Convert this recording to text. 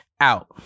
out